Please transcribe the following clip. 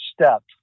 step